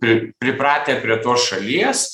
pri pripratę prie tos šalies